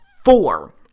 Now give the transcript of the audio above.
four